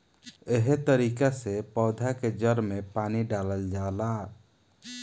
एहे तरिका से पौधा के जड़ में पानी डालल जाला